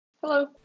Hello